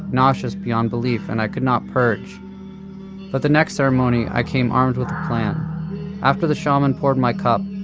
nauseous beyond belief and i could not purge but the next ceremony i came armed with a plan after the shaman poured my cup,